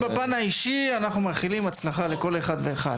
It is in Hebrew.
בפן האישי, מאחלים הצלחה לכל אחד ואחד.